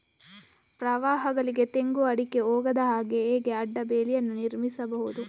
ಪ್ರವಾಹಗಳಿಗೆ ತೆಂಗು, ಅಡಿಕೆ ಹೋಗದ ಹಾಗೆ ಹೇಗೆ ಅಡ್ಡ ಬೇಲಿಯನ್ನು ನಿರ್ಮಿಸಬಹುದು?